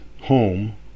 home